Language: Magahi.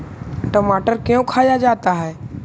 टमाटर क्यों खाया जाता है?